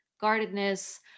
guardedness